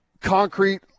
concrete